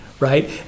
Right